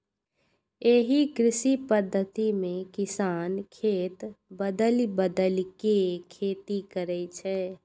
एहि कृषि पद्धति मे किसान खेत बदलि बदलि के खेती करै छै